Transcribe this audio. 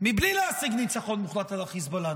מבלי להשיג ניצחון מוחלט על החיזבאללה?